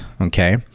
okay